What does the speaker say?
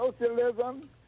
socialism